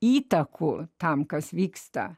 įtakų tam kas vyksta